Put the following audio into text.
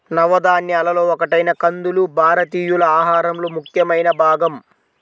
నవధాన్యాలలో ఒకటైన కందులు భారతీయుల ఆహారంలో ముఖ్యమైన భాగం